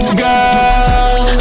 girl